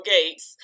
Gates